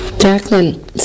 Jacqueline